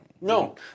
No